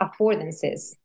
affordances